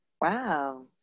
Wow